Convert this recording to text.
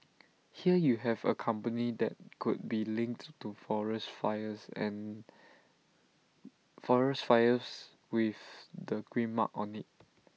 here you have A company that could be linked to forest fires and forest fires with the green mark on IT